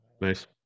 Nice